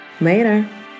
Later